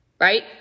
right